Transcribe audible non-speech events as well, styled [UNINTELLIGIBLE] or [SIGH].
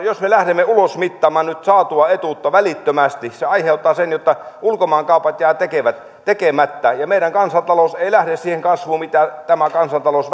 [UNINTELLIGIBLE] jos me lähdemme ulosmittaamaan nyt saatua etuutta välittömästi se aiheuttaa sen että ulkomaankaupat jäävät tekemättä ja meidän kansantaloutemme ei lähde siihen kasvuun mitä tämä kansantalous [UNINTELLIGIBLE]